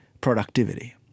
productivity